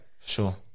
Sure